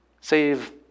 save